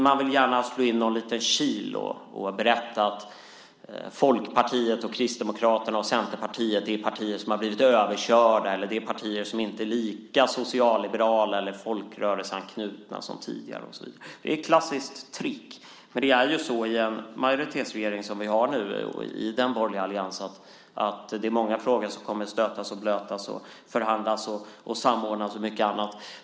Man vill gärna slå in någon liten kil och berätta att Folkpartiet, Kristdemokraterna och Centerpartiet är partier som har blivit överkörda eller som inte är lika socialliberala eller folkrörelseanknutna som tidigare och så vidare. Det är ett klassiskt trick. I en majoritetsregering som vi har nu i den borgerliga alliansen är det många frågor som kommer att stötas och blötas, förhandlas, samordnas och mycket annat.